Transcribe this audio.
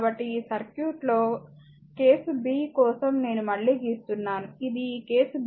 కాబట్టి ఈ సర్క్యూట్లో కేసు b కోసం నేను మళ్ళీ గీస్తున్నాను ఇది ఈ కేసు b కోసం